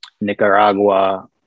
Nicaragua